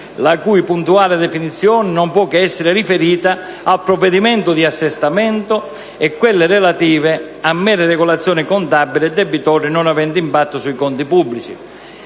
la cui puntuale definizione non può che essere riferita al provvedimento di assestamento, e quelle relative a mere regolazioni contabili e debitorie non aventi impatto sui conti pubblici.